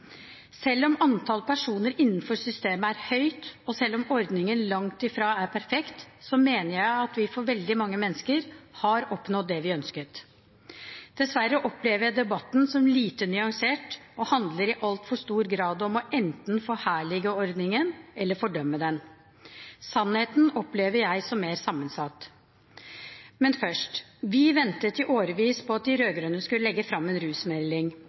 Selv om antall personer innenfor systemet er høyt, og selv om ordningen langt fra er perfekt, mener jeg at vi for veldig mange mennesker har oppnådd det vi ønsket. Dessverre opplever jeg debatten som lite nyansert, og den handler i altfor stor grad om enten å forherlige ordningen eller å fordømme den. Sannheten opplever jeg som mer sammensatt. Men først: Vi ventet i årevis på at de rød-grønne skulle legge fram en rusmelding.